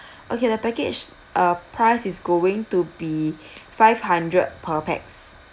okay the package uh price is going to be five hundred per pax